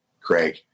Craig